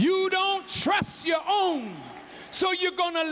you don't trust your own so you're going